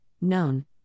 known